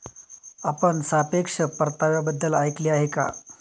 आपण सापेक्ष परताव्याबद्दल ऐकले आहे का?